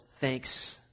thanks